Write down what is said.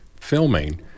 filming